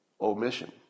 omission